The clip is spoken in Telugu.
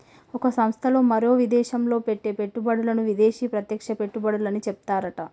ఒక సంస్థ మరో విదేశంలో పెట్టే పెట్టుబడులను విదేశీ ప్రత్యక్ష పెట్టుబడులని చెప్తారట